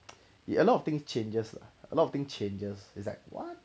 it a lot of things changes uh a lot of thing changes it's like what